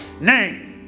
name